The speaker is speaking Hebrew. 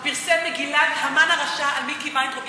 הוא פרסם מגילת "המן הרשע" על מיקי וינטראוב.